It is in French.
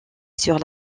sur